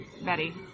Betty